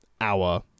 hour